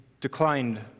declined